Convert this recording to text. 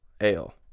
ale